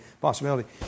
possibility